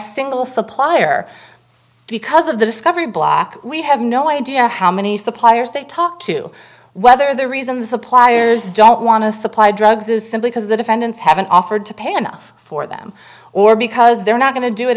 single supplier because of the discovery block we have no idea how many suppliers they talk to whether the reason the suppliers don't want to supply drugs is simply because the defendant i haven't offered to pay enough for them or because they're not going to do it